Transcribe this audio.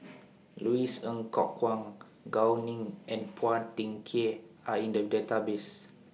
Louis Ng Kok Kwang Gao Ning and Phua Thin Kiay Are in The Database